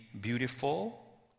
beautiful